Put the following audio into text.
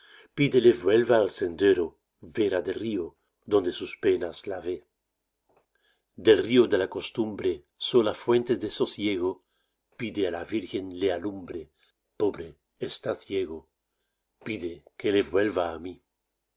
vuelva al sendero vera del río donde sus penas lavé del río de la costumbre sola fuente de sosiego pide á la virgen le alumbre pobre está ciego pide que le vuelva á mí